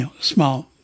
small